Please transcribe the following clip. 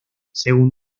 según